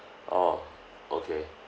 orh okay